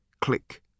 click